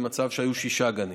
ממצב שהיו שישה גנים.